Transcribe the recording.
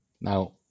Now